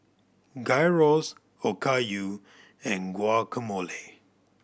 Gyros Okayu and Guacamole